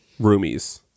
roomies